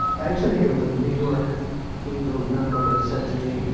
actually think it was a new york angels member who said to me,